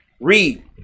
read